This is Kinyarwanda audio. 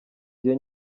gihe